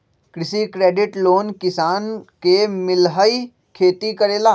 कृषि credit loan किसान के मिलहई खेती करेला?